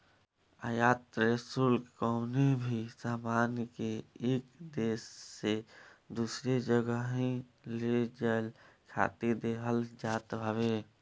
आयात शुल्क कवनो भी सामान के एक देस से दूसरा जगही ले जाए खातिर देहल जात हवे